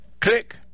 click